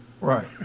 Right